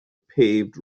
paved